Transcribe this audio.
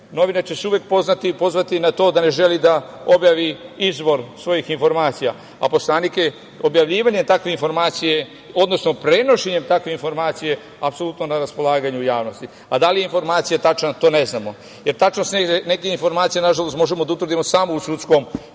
Novine će se uvek pozvati na to da ne želi da objavi izvor svojih informacija, a poslanik je objavljivanje takve informacije, odnosno prenošenjem takve informacije, apsolutno na raspolaganju javnosti. A da li je informacija tačna? To ne znamo. Jer, tačno se neke informacije, nažalost, možemo da utvrdimo samo u sudskom